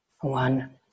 one